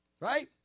Right